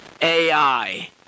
AI